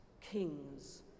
kings